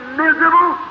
miserable